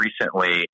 recently